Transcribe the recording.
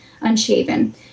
unshaven